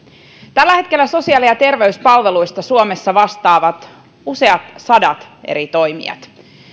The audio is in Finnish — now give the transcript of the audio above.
tällä hetkellä sosiaali ja ja terveyspalveluista suomessa vastaavat useat sadat eri toimijat